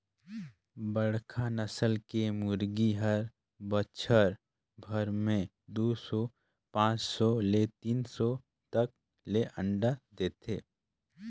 बड़खा नसल के मुरगी हर बच्छर भर में दू सौ पचास ले तीन सौ तक ले अंडा देथे